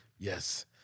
Yes